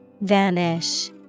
Vanish